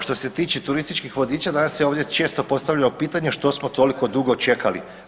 Što se tiče turističkih vodiča danas je ovdje često postavljeno pitanje što smo toliko dugo čekali.